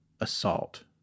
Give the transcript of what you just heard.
assault